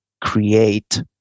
create